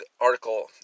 article